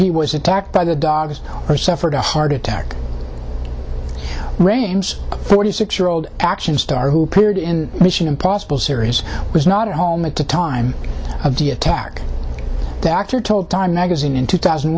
he was attacked by the dogs or suffered a heart attack rames forty six year old action star who appeared in mission impossible series was not home at the time of the attack the actor told time magazine in two thousand